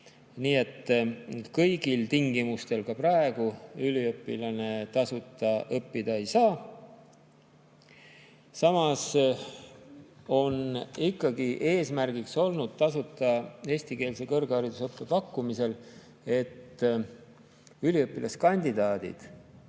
Nii et mis tahes tingimustel ka praegu üliõpilane tasuta õppida ei saa. Samas on ikkagi eesmärk tasuta eestikeelse kõrgharidusõppe pakkumisel olnud see, et üliõpilaskandidaadid